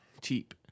cheap